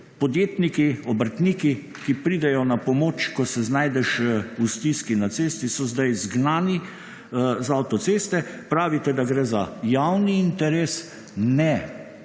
podjetniki, obrtniki, ki pridejo na pomoč, ko se znajdeš v stiski na cesti, so zdaj izgnani z avtoceste. Pravite, da gre za javni interes. Ne,